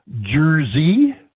Jersey